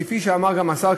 כפי שאמר גם השר,